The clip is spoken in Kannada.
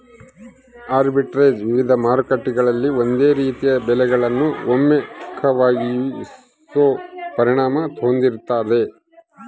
ಆರ್ಬಿಟ್ರೇಜ್ ವಿವಿಧ ಮಾರುಕಟ್ಟೆಗಳಲ್ಲಿ ಒಂದೇ ರೀತಿಯ ಬೆಲೆಗಳನ್ನು ಒಮ್ಮುಖವಾಗಿಸೋ ಪರಿಣಾಮ ಹೊಂದಿರ್ತಾದ